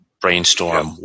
brainstorm